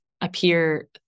appear